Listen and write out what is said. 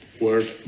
word